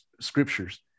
scriptures